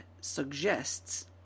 suggests